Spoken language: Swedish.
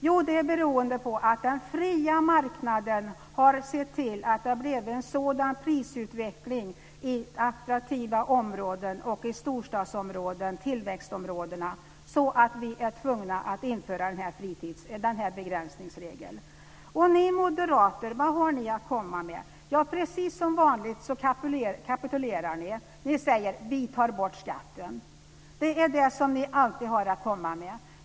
Jo, det beror på att den fria marknaden har sett till att det har blivit en så snabb prisutveckling i attraktiva områden och i storstadsområden - tillväxtområdena. Därför har vi varit tvungna att införa begränsningsregeln. Vad har ni moderater då att komma med? Precis som vanligt så kapitulerar ni och säger: Vi tar bort skatten. Det är det som ni alltid har att komma med.